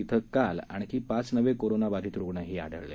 तिथे काल आणखी पाच नवे कोरोनाबाधित रुग्णही आढळले